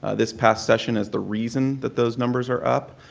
ah this past session is the reason that those numbers are up.